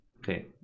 Okay